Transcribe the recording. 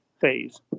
phase